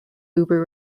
uber